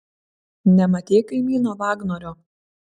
nematei kaimyno vagnorio